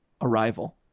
Arrival